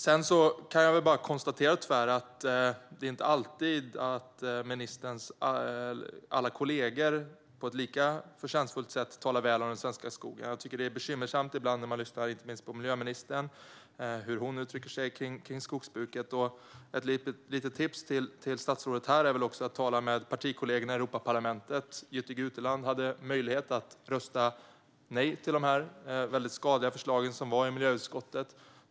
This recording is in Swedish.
Jag kan tyvärr bara konstatera att det inte är alltid som ministerns alla kollegor på ett lika förtjänstfullt sätt talar väl om den svenska skogen. Jag blir ibland bekymrad när jag lyssnar inte minst på miljöministern och hör hur hon uttrycker sig om skogsbruket. Ett litet tips till statsrådet här är att också tala med partikollegorna i Europaparlamentet. Jytte Guteland hade möjlighet att rösta nej till de väldigt skadliga förslagen i miljöutskottet.